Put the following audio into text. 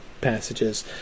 passages